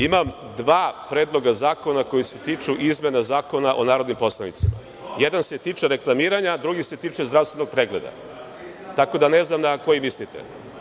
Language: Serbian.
Imam dva predloga zakona koji se tiču izmena Zakona o narodnim poslanicima, jedan se tiče reklamiranja, drugi se tiče zdravstvenog pregleda, tako da ne znam na koji mislite.